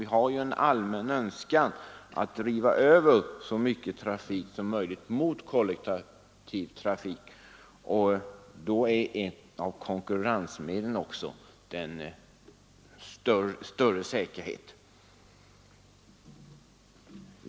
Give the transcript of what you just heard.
Vi har ju en allmän önskan att driva över så mycket trafik som möjligt mot kollektivtrafik, och då är ett av konkurrensmedlen också större säkerhet.